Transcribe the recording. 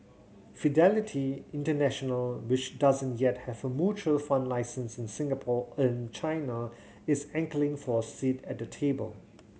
Fidelity International which doesn't yet have a mutual fund license in Singapore in China is angling for a seat at the table